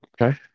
Okay